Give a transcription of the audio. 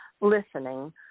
listening